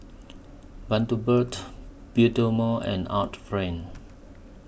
Bundaberg Bioderma and Art Friend